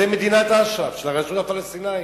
זו מדינת אש"ף של הרשות הפלסטינית.